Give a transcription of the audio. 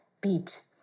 beat